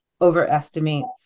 overestimates